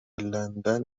لندن